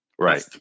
Right